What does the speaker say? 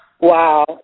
Wow